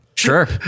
sure